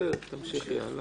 בסדר, תמשיכי הלאה.